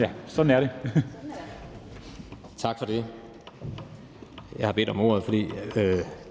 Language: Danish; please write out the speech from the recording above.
Jens Rohde (KD): Tak for det. Jeg har bedt om ordet, fordi